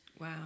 Wow